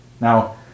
Now